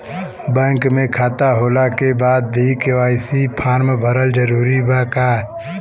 Bank में खाता होला के बाद भी के.वाइ.सी फार्म भरल जरूरी बा का?